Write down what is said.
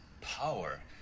Power